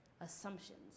assumptions